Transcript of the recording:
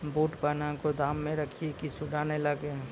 बूट कहना गोदाम मे रखिए की सुंडा नए लागे?